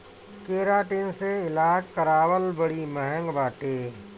keratin से इलाज करावल बड़ी महँग बाटे